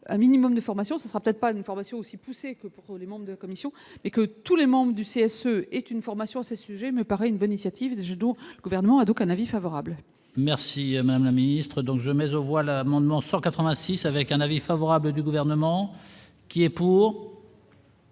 un minimum de formation sera peut-être pas une formation aussi poussée que pour les membres de commissions et que tous les membres du CSE est une formation ces sujets me paraît une bonne initiative, judo, gouvernement, donc un avis favorable. Merci madame la Lamy. Donc jamais au voilà amendement 186 avec un avis favorable du gouvernement. Qui est pour.